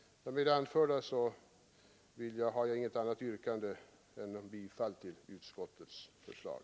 Herr talman! Jag har inget annat yrkande än om bifall till utskottets förslag.